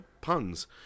puns